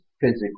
physically